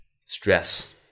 stress